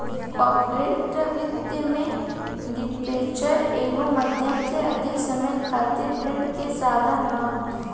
corporate वित्त में debenture एगो माध्यम से अधिक समय खातिर ऋण के साधन ह